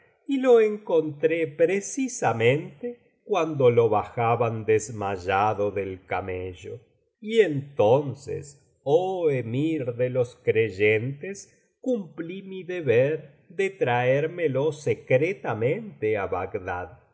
y lo encontré precisamente cuando lo bajaban desmayado del camello y entonces oh emir de los creyentes cumplí mi deber de traérmelo secretamente á bagdad